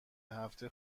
هفته